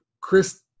Chris